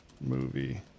movie